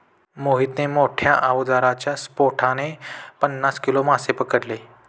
मोहितने मोठ्ठ्या आवाजाच्या स्फोटाने पन्नास किलो मासे पकडले